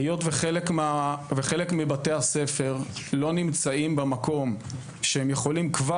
היות שחלק מבתי הספר לא נמצאים במקום שהם יכולים כבר